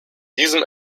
diesem